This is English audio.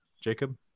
Jacob